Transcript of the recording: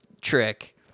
trick